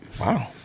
Wow